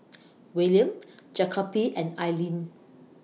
Willaim Jacoby and Alleen